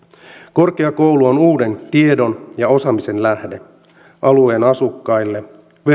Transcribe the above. korkeakoulu on uuden tiedon ja osaamisen lähde alueen asukkaille